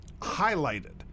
highlighted